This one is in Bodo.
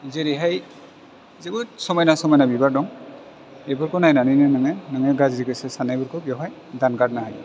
जेरैहाइ जोबोर समायना समायना बिबार दं बिफोरखौ नायनानैनो नोङो नोंनि गाज्रि गोसो साननाइफोरखौ बेवहाइ दानगारनो हायो